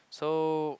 so